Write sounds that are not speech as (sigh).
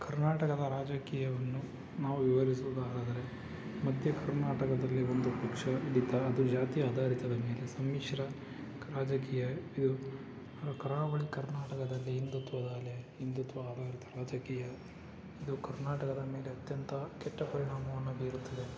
ಕರ್ನಾಟಕದ ರಾಜಕೀಯವನ್ನು ನಾವು ವಿವರಿಸುದಾದರೆ ಮಧ್ಯ ಕರ್ನಾಟಕದಲ್ಲಿ ಒಂದು ಪಕ್ಷ (unintelligible) ಜಾತಿ ಆಧಾರಿತದ ಮೇಲೆ ಸಮ್ಮಿಶ್ರ ಕ ರಾಜಕೀಯ ಇದು ಕರಾವಳಿ ಕರ್ನಾಟಕದಲ್ಲಿ ಹಿಂದುತ್ವದ ಅಲೆ ಹಿಂದುತ್ವ ಆಧಾರಿತ ರಾಜಕೀಯ ಇದು ಕರ್ನಾಟಕದ ಮೇಲೆ ಅತ್ಯಂತ ಕೆಟ್ಟ ಪರಿಣಾಮವನ್ನು ಬೀರುತ್ತಿದೆ